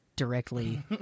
directly